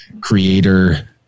creator